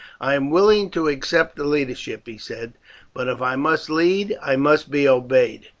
i am willing to accept the leadership, he said but if i must lead i must be obeyed.